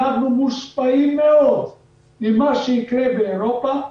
אנחנו מושפעים מאוד ממה שיקרה באירופה,